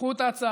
קחו את ההצעה,